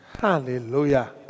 Hallelujah